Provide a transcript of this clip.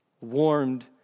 Warmed